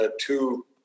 two